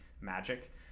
magic